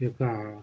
ఈ యొక్క